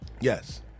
Yes